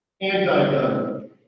Anti-gun